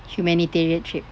humanitarian trip